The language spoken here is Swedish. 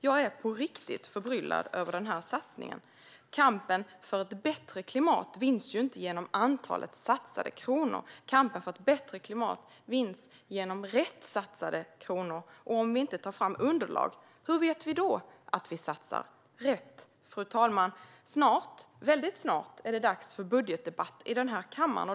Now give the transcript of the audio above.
Jag är på riktigt förbryllad över den här satsningen. Kampen för ett bättre klimat vinns ju inte genom antalet satsade kronor; kampen för ett bättre klimat vinns genom rätt satsade kronor, och om vi inte tar fram underlag, hur vet vi då att vi satsar rätt? Fru talman! Väldigt snart är det dags för budgetdebatt i den här kammaren.